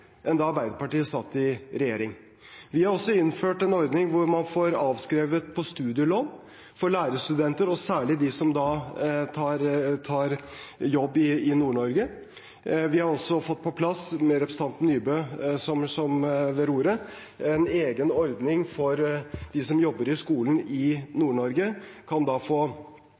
enn da Arbeiderpartiet satt i regjering. Vi har også innført en ordning hvor lærerstudenter får avskrevet studielån, særlig de som tar jobb i Nord-Norge. Vi har også fått på plass, med representanten Nybø ved roret, en egen ordning der de som jobber i skolen i Nord-Norge og har et visst antall studiepoeng fra før, kan få